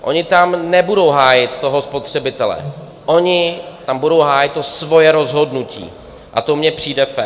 Oni tam nebudou hájit toho spotřebitele, oni tam budou hájit svoje rozhodnutí, a to mně přijde fér.